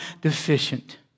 deficient